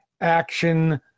action